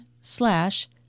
slash